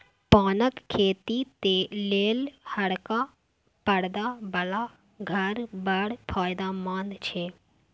पानक खेती लेल हरका परदा बला घर बड़ फायदामंद छै